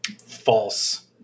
False